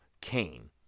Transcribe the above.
Kane